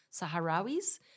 Sahrawis